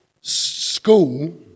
school